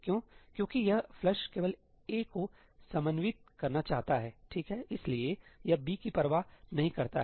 क्यों क्योंकि यह फ्लश केवल ' a ' को समन्वयित करना चाहता है ठीक है इसलिए यह ' b ' की परवाह नहीं करता है